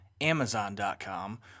Amazon.com